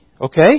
Okay